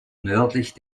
nördlich